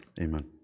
Amen